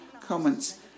comments